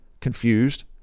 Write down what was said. Confused